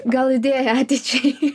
gal idėja ateičiai